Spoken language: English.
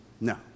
No